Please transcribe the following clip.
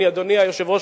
אדוני היושב-ראש,